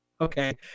Okay